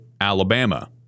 Alabama